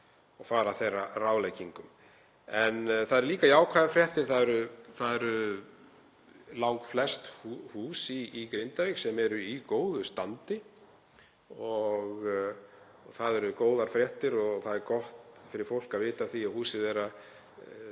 og fara að þeirra ráðleggingum. En það eru líka jákvæðar fréttir. Langflest hús í Grindavík eru í góðu standi. Það eru góðar fréttir. Það er gott fyrir fólk að vita af því að húsið þess